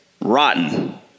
rotten